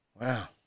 Wow